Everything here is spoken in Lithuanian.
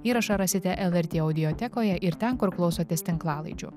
įrašą rasite lrt audiotekoje ir ten kur klausotės tinklalaidžių